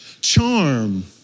charm